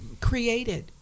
created